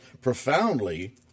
profoundly